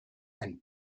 and